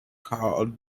called